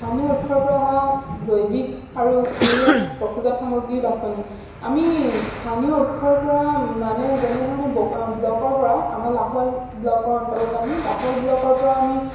স্থানীয় উৎসৰ পৰা অহা জৈৱিক আৰু পিৰিয়েঞ্চ পশুজাত সামগ্ৰী বাছনি আমি স্থানীয় উৎসৰ পৰা মানে যেনেধৰণে ব্লকৰ পৰা আমাৰ লাহোৱাল ব্লকৰ অন্তৰ্গত আমি লাহোৱাল ব্লকৰ পৰা আমি